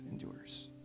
endures